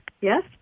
yes